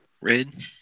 Red